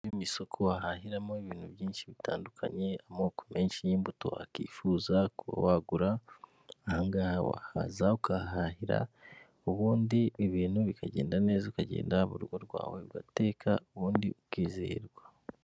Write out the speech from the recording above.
Ni mu isoko wahahiramo ibintu byinshi bitandukanye, amoko menshi y'imbuto wakifuza kuba wagura, aha ngaha wahaza ukahahira, ubundi ibintu bikagenda neza, ukagenda mu rugo rwawe ugateka ubundi ukizihirwa.